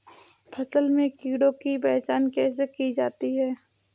फसल में कीड़ों की पहचान कैसे की जाती है?